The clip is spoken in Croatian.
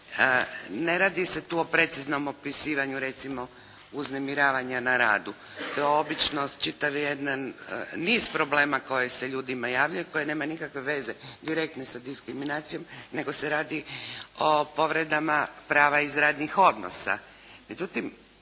ne radi se tu o preciznom opisivanju recimo, uznemiravanja na radu, to je obično čitav jedan niz problema koji se ljudima javljaju, koje nema nikakve veze direktne sa diskriminacijom nego se radi o povredama prava iz radnih odnosa.